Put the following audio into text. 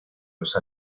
los